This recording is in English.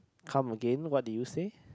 come again what did you say